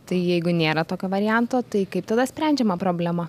tai jeigu nėra tokio varianto tai kaip tada sprendžiama problema